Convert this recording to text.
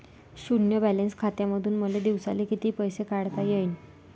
शुन्य बॅलन्स खात्यामंधून मले दिवसाले कितीक पैसे काढता येईन?